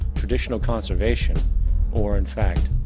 traditional conservation or, in fact,